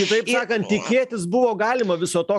kitaip sakanat tikėtis buvo galima viso to